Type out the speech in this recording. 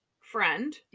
friend